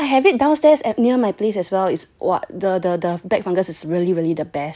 ya I have it downstairs at near my place as well is !wah! the the black fungus it's really really the best